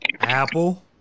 Apple